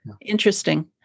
Interesting